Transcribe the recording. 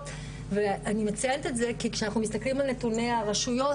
ואני מציינת את זה כי כשאנחנו מסתכלים על נתוני הרשויות,